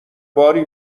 باری